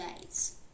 days